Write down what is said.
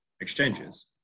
exchanges